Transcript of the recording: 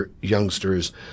youngsters